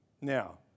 Now